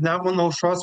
nemuno aušros